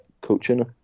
coaching